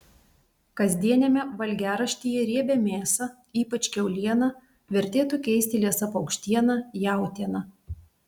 kasdieniame valgiaraštyje riebią mėsą ypač kiaulieną vertėtų keisti liesa paukštiena jautiena